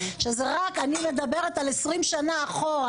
שזה רק אני מדברת על 20 שנה אחורה,